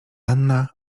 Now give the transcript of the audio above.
anna